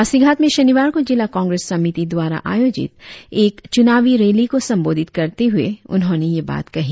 पासीघाट में शनिवार को जिला कांग्रेस समीति द्वारा आयोजित एक चुनावी रैली को संबोधित करते हुए उन्होंने यह बात कही